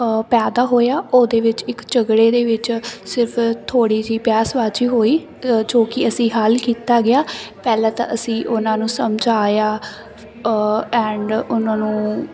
ਪੈਦਾ ਹੋਇਆ ਉਹਦੇ ਵਿੱਚ ਇੱਕ ਝਗੜੇ ਦੇ ਵਿੱਚ ਸਿਰਫ ਥੋੜ੍ਹੀ ਜਿਹੀ ਬਹਿਸਬਾਜ਼ੀ ਹੋਈ ਜੋ ਕਿ ਅਸੀਂ ਹੱਲ ਕੀਤਾ ਗਿਆ ਪਹਿਲਾਂ ਤਾਂ ਅਸੀਂ ਉਹਨਾਂ ਨੂੰ ਸਮਝਾਇਆ ਐਂਡ ਉਹਨਾਂ ਨੂੰ